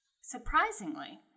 Surprisingly